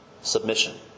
submission